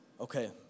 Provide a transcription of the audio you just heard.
Okay